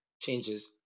changes